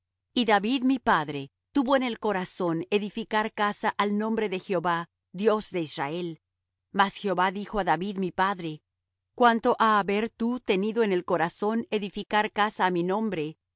y david mi padre tuvo en el corazón edificar casa al nombre de jehová dios de israel mas jehová dijo á david mi padre cuanto á haber tú tenido en el corazón edificar casa á mi nombre